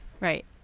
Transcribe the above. right